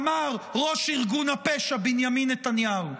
אמר, ראש ארגון הפשע בנימין נתניהו.